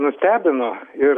nustebino ir